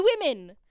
women